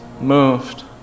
moved